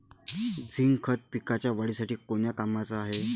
Zinc खत पिकाच्या वाढीसाठी कोन्या कामाचं हाये?